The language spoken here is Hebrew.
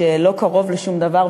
שלא קרוב לשום דבר,